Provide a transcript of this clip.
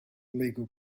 legal